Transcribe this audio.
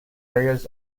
areas